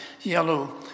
yellow